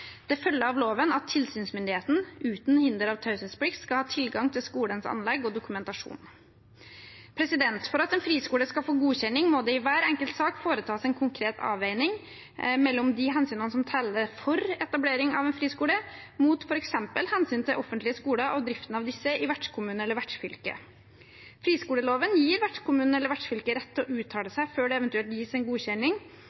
Det følger av loven at tilsynsmyndigheten uten hinder av taushetsplikt skal ha tilgang til skolens anlegg og dokumentasjon. For at en friskole skal få godkjenning, må det i hver enkelt sak foretas en konkret avveining mellom de hensynene som taler for etablering av en friskole, og f.eks. hensynet til offentlige skoler og driften av disse i vertskommunen eller vertsfylket. Friskoleloven gir vertskommunen eller vertsfylket rett til å uttale